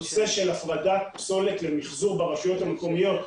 נושא של הפרדת פסולת למחזור ברשויות המקומיות,